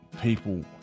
people